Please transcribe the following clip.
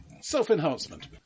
self-enhancement